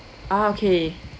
oh okay